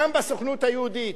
גם בסוכנות היהודית,